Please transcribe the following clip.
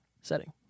setting